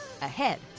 ahead